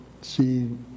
see